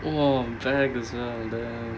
oo bag as well and then